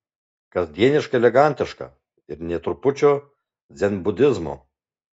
kasdieniškai elegantiška ir nė trupučio dzenbudizmo